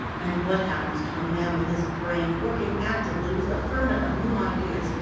and what happens to a man with his brain working actively with a ferment of new ideas,